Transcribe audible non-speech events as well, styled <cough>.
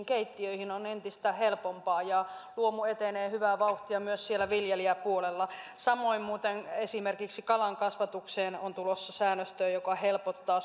<unintelligible> keittiöihin on entistä helpompaa luomu etenee hyvää vauhtia myös viljelijäpuolella samoin muuten esimerkiksi kalankasvatukseen on tulossa säännöstöä joka helpottaa <unintelligible>